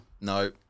No